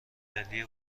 ملی